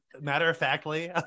matter-of-factly